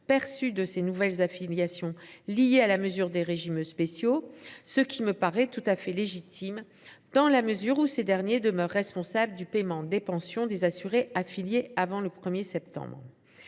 perçues au titre des nouvelles affiliations liées à la fermeture des régimes spéciaux, ce qui me paraît tout à fait légitime dans la mesure où ceux ci demeurent responsables du paiement des pensions des assurés affiliés avant le 1 septembre.